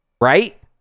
Right